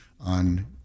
on